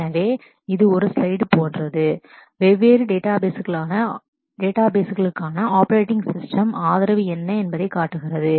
எனவே இது ஒரு ஸ்லைடு போன்றது வெவ்வேறு டேட்டாபேஸ்களுக்கான ஆப்பரேட்டிங் ஸிஸ்டெம் operating system ஆதரவு என்ன என்பதைக் காட்டுகிறது